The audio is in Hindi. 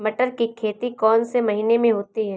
मटर की खेती कौन से महीने में होती है?